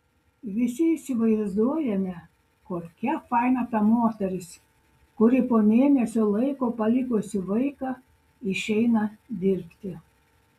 visi įsivaizduojame kokia faina ta moteris kuri po mėnesio laiko palikusi vaiką išeina dirbti